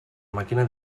màquina